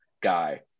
guy